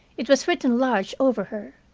it was written large over her.